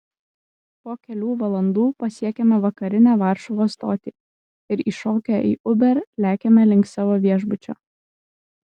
po kelių valandų pasiekiame vakarinę varšuvos stotį ir įšokę į uber lekiame link savo viešbučio